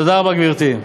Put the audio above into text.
תודה רבה, גברתי.